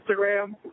Instagram